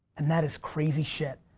and that is crazy shit.